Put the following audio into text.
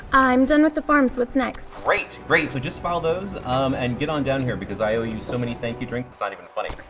i'm done with the forms. what's next? great! great! so just file those and get on down here, because i owe you so many thank you drinks it's not even funny.